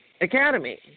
academy